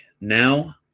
now